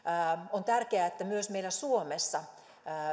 on tärkeää että myös meillä suomessa